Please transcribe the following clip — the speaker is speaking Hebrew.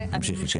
בבקשה, תמשיכי.